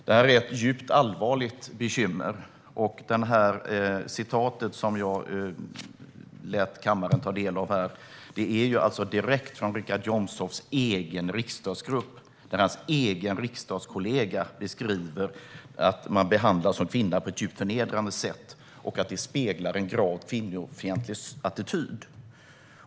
Det här är ett djupt allvarligt bekymmer, och citatet som jag lät kammaren ta del av är direkt från Richard Jomshofs egen riksdagsgrupp där hans egen riksdagskollega beskriver att man som kvinna behandlas på ett djupt förnedrande sätt och att det speglar en gravt kvinnofientlig attityd.